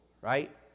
right